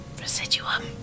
Residuum